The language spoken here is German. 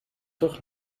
durch